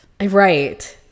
Right